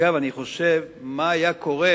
אגב, אני חושב מה היה קורה